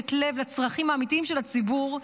ותשומת לב לצרכים האמיתיים של הציבור.